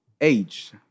Age